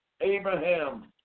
Abraham